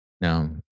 Now